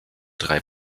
drei